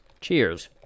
Cheers